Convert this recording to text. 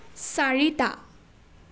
চাৰিটা